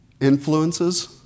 Influences